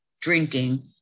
drinking